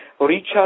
Richard